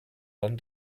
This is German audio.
dann